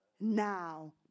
now